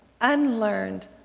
unlearned